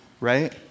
right